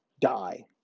die